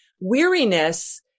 weariness